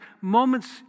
moments